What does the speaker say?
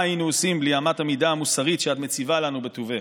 מה היינו עושים בלי אמת המידה המוסרית שאת מציבה לנו בטובך.